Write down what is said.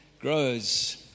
grows